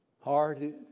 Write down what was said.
hard